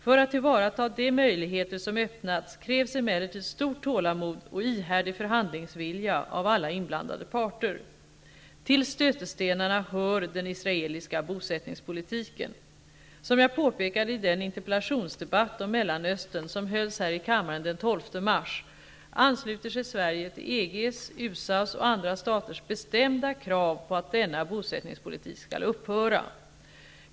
För att tillvarata de möjligheter som öppnats krävs emellertid stort tålamod och ihärdig förhandlingsvilja av alla inblandade parter. Till stötestenarna hör den israeliska bosättningspolitiken. Som jag påpekade i den interpellationsdebatt om Mellanöstern som hölls här i kammaren den 12 mars, ansluter sig Sverige till EG:s, USA:s och andra staters bestämda krav på att denna bosättningspolitik skall upphöra.